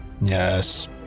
Yes